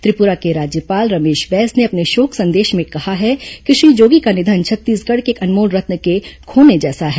त्रिपुरा के राज्यपाल रमेश बैस ने अपने शोक संदेश में कहा है कि श्री जोगी का निधन छत्तीसगढ़ के एक अनमोल रत्न के खोने जैसा है